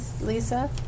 Lisa